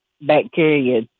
bacteria